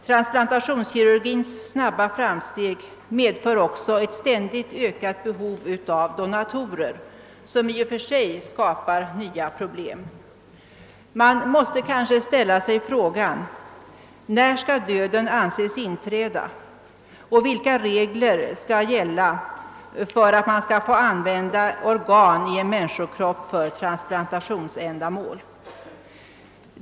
Transplantationskirurgins snabba framsteg medför också ett ständigt ökat behov av donatorer, något som i och för sig skapar nya problem. Man måste kanske ställa sig frågan: När skall döden anses inträda och vilka regler skall gälla för att organ i en människokropp skall få användas för transplantationsändamål?